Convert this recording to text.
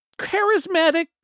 charismatic